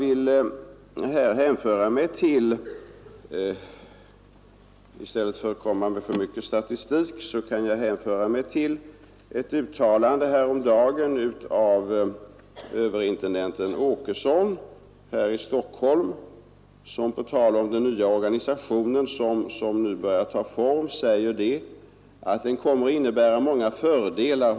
I stället för att komma med statistik vill jag hänvisa till ett uttalande häromdagen av överintendenten Åkesson i Stockholm. Vi hoppas, sade han, att den nya organisation som nu börjar ta form skall innebära många fördelar.